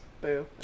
Boo